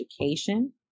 education